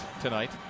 tonight